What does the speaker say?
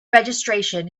registration